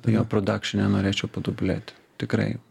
jo prodakšine norėčiau patobulėti tikrai